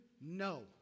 No